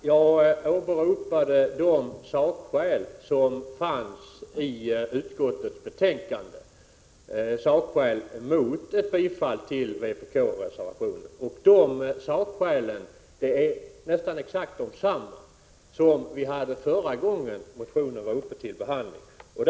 Herr talman! Jag åberopade de sakskäl som finns i utskottets betänkande, sakskäl mot ett bifall till vpk-reservationen. De sakskälen är nästan exakt desamma som vi anförde förra gången motionen var uppe till behandling.